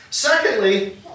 Secondly